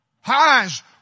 Highs